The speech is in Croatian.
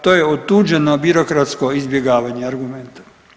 To je otuđeno birokratsko izbjegavanje argumenta.